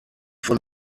von